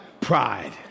pride